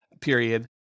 period